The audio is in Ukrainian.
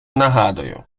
нагадую